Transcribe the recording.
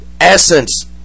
essence